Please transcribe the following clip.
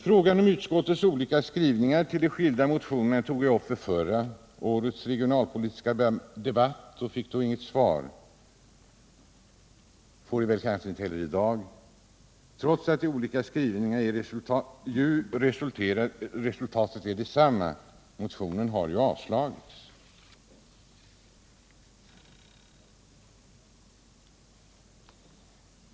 Frågan om utskottets olika skrivningar med anledning av motionerna tog jag upp vid förra årets regionalpolitiska debatt men fick då inte något svar. Jag får det kanske inte i dag heller. Trots de olika skrivningarna blir ju resultatet detsamma, nämligen att motionerna avslås.